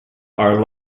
are